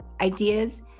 ideas